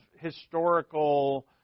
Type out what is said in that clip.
historical